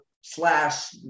slash